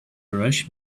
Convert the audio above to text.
rush